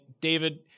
David